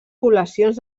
poblacions